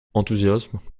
enthousiasme